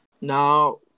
Now